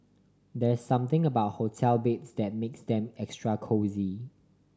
there's something about hotel beds that makes them extra cosy